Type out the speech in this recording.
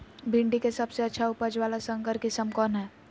भिंडी के सबसे अच्छा उपज वाला संकर किस्म कौन है?